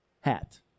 hat